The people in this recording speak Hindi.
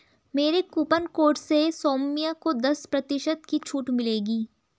मेरे कूपन कोड से सौम्य को दस प्रतिशत की छूट मिलेगी